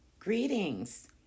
Greetings